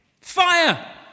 Fire